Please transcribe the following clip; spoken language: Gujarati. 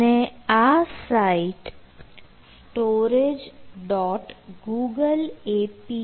અને આ સાઇટ storage